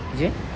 is it